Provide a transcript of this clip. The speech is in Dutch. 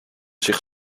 zich